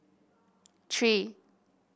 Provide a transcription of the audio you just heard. three